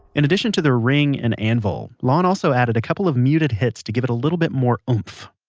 in addition to the ring and anvil, lon also added a couple of muted hits to give it a little bit more oomph